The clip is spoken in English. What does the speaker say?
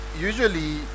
usually